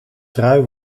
trui